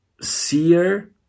seer